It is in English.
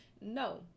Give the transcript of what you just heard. No